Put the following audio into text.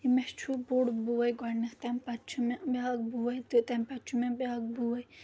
مےٚ چھُ بوٚڑ بوے گۄڈنؠتھ تَمہِ پَتہٕ چھُ مےٚ بیاکھ بوے تہٕ تَمہِ پَتہٕ چھُ مےٚ بیاکھ بوے